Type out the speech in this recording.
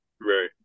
Right